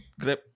grab